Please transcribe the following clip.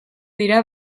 dira